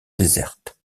déserte